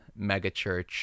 megachurch